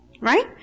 Right